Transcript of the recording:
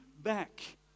back